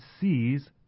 sees